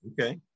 Okay